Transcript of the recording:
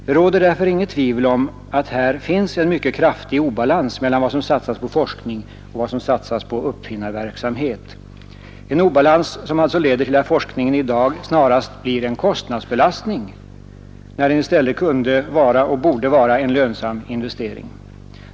Det råder därför inget tvivel om att här finns en mycket kraftig obalans mellan vad som satsas på forskning och vad som satsas på uppfinnarverksamhet, en obalans som alltså leder till att forskningen i dag snarast blir en kostnadsbelastning när den i stället kunde och borde vara en lönsam investering.